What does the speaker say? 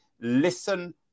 Listen